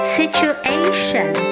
situation